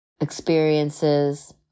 experiences